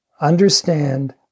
understand